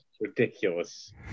Ridiculous